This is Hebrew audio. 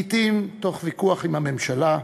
לעתים תוך ויכוח עם הממשלה,